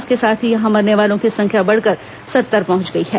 इसके साथ ही यहां मरने वालों की संख्या बढ़कर सत्तर पहुंच गई है